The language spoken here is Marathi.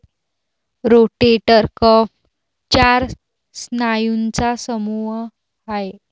रोटेटर कफ चार स्नायूंचा समूह आहे